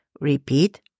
Repeat